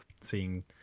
seeing